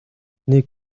тэдний